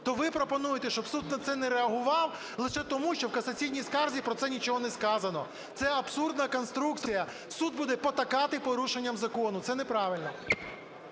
то ви пропонуєте, щоб суд на це не реагував лише тому, що в касаційній скарзі про це нічого не сказано. Це абсурдна конструкція, суд буде потокати порушенням закону, це неправильно.